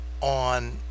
on